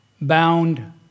bound